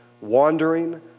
Wandering